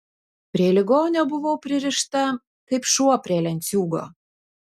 prie ligonio buvau pririšta kaip šuo prie lenciūgo